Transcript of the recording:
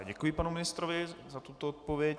Děkuji panu ministrovi za tuto odpověď.